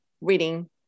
reading